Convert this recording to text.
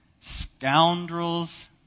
Scoundrels